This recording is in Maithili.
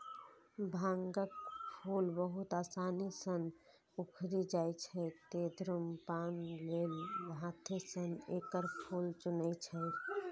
भांगक फूल बहुत आसानी सं उखड़ि जाइ छै, तें धुम्रपान लेल हाथें सं एकर फूल चुनै छै